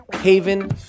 haven